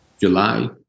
july